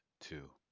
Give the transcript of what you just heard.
two